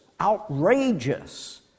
outrageous